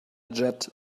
jet